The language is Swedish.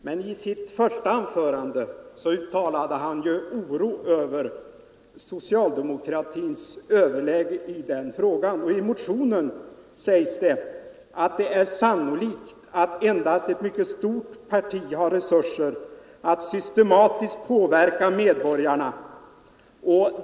Men i sitt första anförande uttalade han oro över socialdemokratins överläge i dessa frågor, och i motionen sägs det att det är sannolikt att endast ett mycket stort parti har resurser att systematiskt påverka medborgarna.